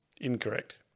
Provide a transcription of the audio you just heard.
Incorrect